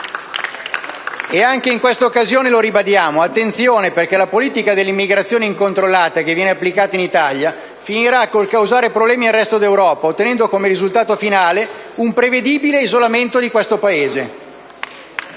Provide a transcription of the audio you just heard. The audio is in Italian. Anche in questa occasione, lo ribadiamo: attenzione, perché la politica dell'immigrazione incontrollata che viene applicata in Italia finirà per causare problemi al resto dell'Europa, ottenendo come risultato finale un prevedibile isolamento di questo